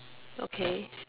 okay